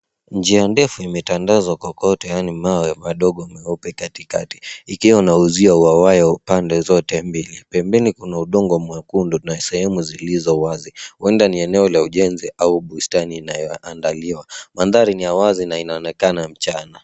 Njia ndefu imetandazwa kwa koti au mawe madogo meupe katikati ikiwa na uzio wa waya upande zote mbili. Pembeni kuna udongo mwekundu na sehemu zilizo wazi. Huenda ni eneo la ujenzi au bustani inayoandaliwa. Mandhari ni ya wazi na inaonekana mchana.